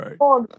Right